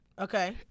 Okay